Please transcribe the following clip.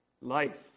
Life